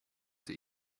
want